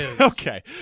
Okay